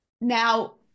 Now